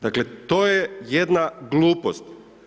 Dakle, to je jedna glupost.